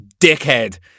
dickhead